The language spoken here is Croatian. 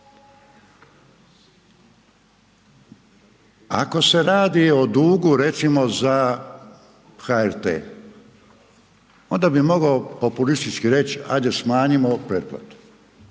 Ako se radi o dugu, recimo za HRT, onda bi mogao populistički reći, hajde smanjimo pretplatu,